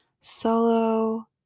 solo